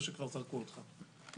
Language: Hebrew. או שכבר זרקו אותך?